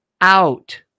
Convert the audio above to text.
out